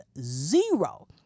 zero